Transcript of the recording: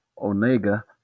Onega